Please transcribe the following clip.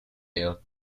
hail